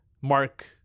Mark